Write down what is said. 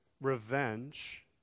revenge